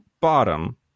bottom